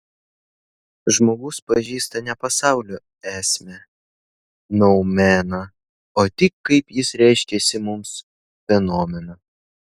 žmogus pažįsta ne pasaulio esmę noumeną o tik kaip jis reiškiasi mums fenomeną